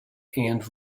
and